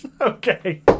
Okay